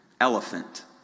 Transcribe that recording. Elephant